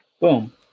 Boom